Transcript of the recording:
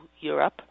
Europe